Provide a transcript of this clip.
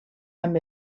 amb